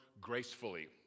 gracefully